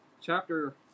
Chapter